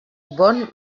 bon